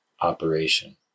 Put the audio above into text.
operation